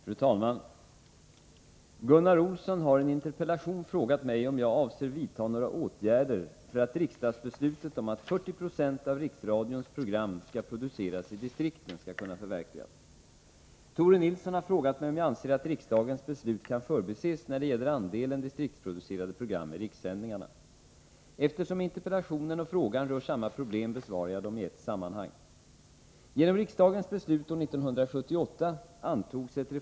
Fru talman! Gunnar Olsson har i en interpellation frågat mig om jag avser vidta några åtgärder för att riksdagsbeslutet om att 40 20 av Riksradions program skall produceras i distrikten skall kunna förverkligas. Tore Nilsson har frågat mig om jag anser att riksdagens beslut kan förbises när det gäller Eftersom interpellationen och frågan rör samma problem besvarar jag dem i ett sammanhang.